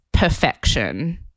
Perfection